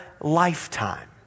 lifetime